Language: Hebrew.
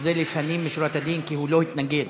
שזה לפנים משורת הדין, כי הוא לא התנגד.